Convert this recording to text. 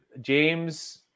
james